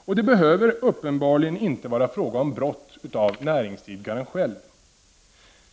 Och det behöver uppenbarligen inte vara fråga om brott av näringsidkaren själv.